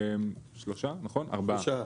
שלושה, ארבעה.